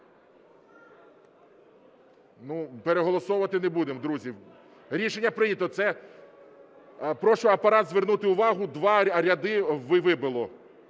Переголосовувати не будемо, друзі, рішення прийнято. Прошу Апарат звернути увагу, два ряди вибило,